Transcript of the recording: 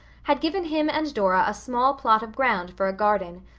had given him and dora a small plot of ground for a garden.